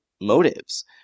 motives